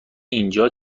اینجا